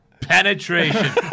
penetration